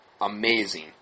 amazing